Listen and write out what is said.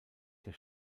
der